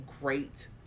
great